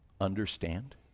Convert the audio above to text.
understand